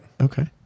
Okay